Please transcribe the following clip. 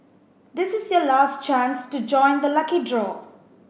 this is your last chance to join the lucky draw